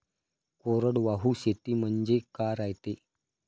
कोरडवाहू शेती म्हनजे का रायते?